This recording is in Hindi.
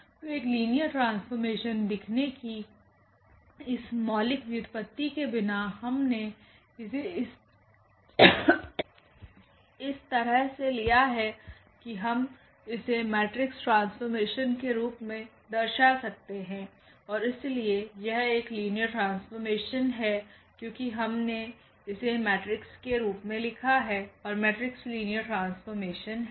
तो एक लीनियर ट्रांसफॉर्मेशन दिखने की इस मौलिक व्युत्पत्ति के बिना हमने इसे इस तरह से लिया है कि हम इसे मेट्रिक्स ट्रांसफॉर्मेशन के रूप मेंदर्शा सकते हैंऔर इसलिए यहएक लिनियर ट्रांसफॉर्मेशन है क्योंकि हमने इसे मेट्रिक्स के रूप मे लिखा है और मेट्रिक्स लिनियर ट्रांसफॉर्मेशन हैं